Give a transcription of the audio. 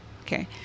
okay